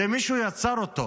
מישהו יצר אותו.